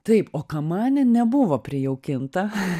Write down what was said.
taip o kamanė nebuvo prijaukinta